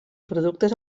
productes